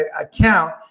account